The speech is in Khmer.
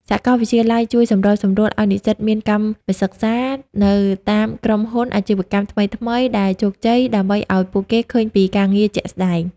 សាកលវិទ្យាល័យជួយសម្របសម្រួលឱ្យនិស្សិតមាន "កម្មសិក្សា" នៅតាមក្រុមហ៊ុន អាជីវកម្មថ្មីៗដែលជោគជ័យ ដើម្បីឱ្យពួកគេឃើញពីការងារជាក់ស្ដែង។